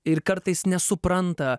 ir kartais nesupranta